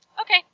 Okay